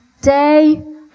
day